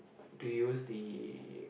to use the